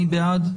מי בעד?